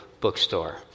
bookstore